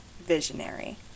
Visionary